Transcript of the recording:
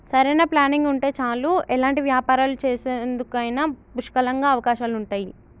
సరైన ప్లానింగ్ ఉంటే చాలు ఎలాంటి వ్యాపారాలు చేసేందుకైనా పుష్కలంగా అవకాశాలుంటయ్యి